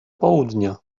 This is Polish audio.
południa